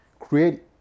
Create